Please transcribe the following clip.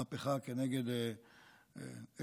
מהפכה כנגד עקרונות